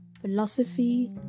philosophy